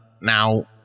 now